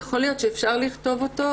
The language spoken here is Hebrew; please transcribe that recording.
יכול להיות שאפשר לכתוב אותו,